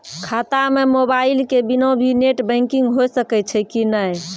खाता म मोबाइल के बिना भी नेट बैंकिग होय सकैय छै कि नै?